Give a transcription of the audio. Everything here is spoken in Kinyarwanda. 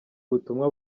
ubutumwa